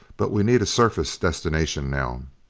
but we need a surface destination now.